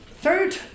third